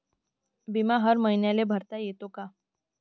बिमा हर मईन्याले भरता येते का?